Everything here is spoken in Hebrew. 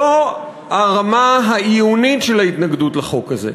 זו הרמה העיונית של ההתנגדות לחוק הזה.